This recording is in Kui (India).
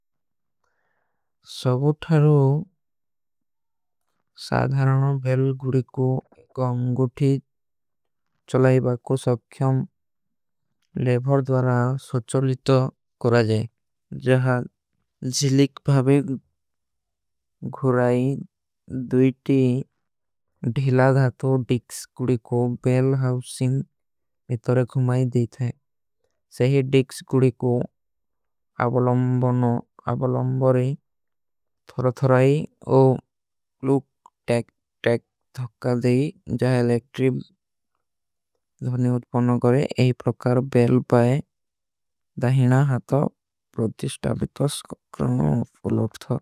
ସବୁଥାରୋ ସାଧାରନ ବେଲ ଗୁରୀ କୋ ଗଂଗୁଠୀ ଚଲାଈବା କୋ ସଖ୍ଯମ ଲେଵର। ଦ୍ଵାରା ସୌଚଲିତ କୁରାଜେ ଜହାଂ ଜିଲିକ ଭାଵେ ଘୁରାଈ। ଦୂଟୀ ଢିଲାଧାତୋ ଡିକ୍ସ ଗୁରୀ କୋ ବେଲ ହାଉସିନ ବିତରେ ଖୁମାଈ ଦୀ ଥେ। ସେହୀ ଡିକ୍ସ ଗୁରୀ କୋ ଆବ ଲଂବରେ ଥୋରୋ ଥୋରାଈ ଓ। ଲୁକ ଟେକ ଧଖା ଦେଈ ଜା ଏଲେକ୍ଟ୍ରୀ ଜୋନୀ ଉତ୍ପନୋ କରେ। ଏହୀ ପ୍ରକାର ବେଲ ପାଏ ଦାହିନା ହାଥା ପ୍ରତିଷ୍ଟା ଵିତୋସ କରନା ଉତ୍ପନୋ ଥା।